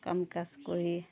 কাম কাজ কৰি